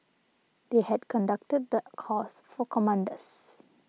they had conducted the course for commanders